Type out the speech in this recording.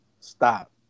Stop